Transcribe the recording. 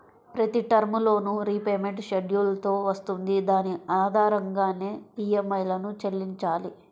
ప్రతి term loan repayment schedule తో వస్తుంది దాని ఆధారంగానే ఈఎంఐలను చెల్లించాలి